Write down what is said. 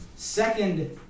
Second